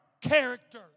character